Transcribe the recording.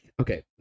okay